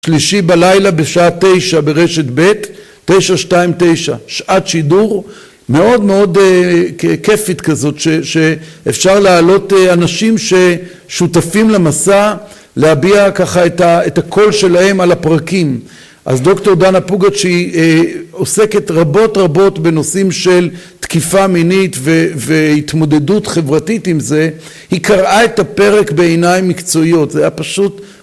שלישי בלילה בשעה תשע ברשת ב', תשע שתיים תשע, שעת שידור. מאוד מאוד כייפית כזאת, שאפשר להעלות אנשים ששותפים למסע להביע ככה את הקול שלהם על הפרקים. אז דוקטור דנה פוגאצ'י עוסקת רבות רבות בנושאים של תקיפה מינית והתמודדות חברתית עם זה. היא קראה את הפרק בעיניים מקצועיות זה היה פשוט